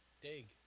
Dig